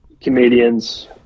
Comedians